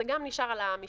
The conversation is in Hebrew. זה נשאר גם על המשטחים.